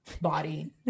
body